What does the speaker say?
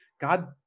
God